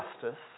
justice